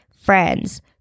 friends